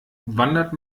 wandert